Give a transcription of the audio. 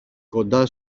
κοντά